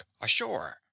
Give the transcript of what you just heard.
ashore